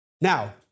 Now